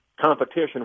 Competition